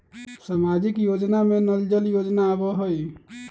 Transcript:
सामाजिक योजना में नल जल योजना आवहई?